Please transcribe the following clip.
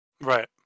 Right